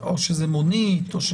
או שזאת מונית.